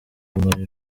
muri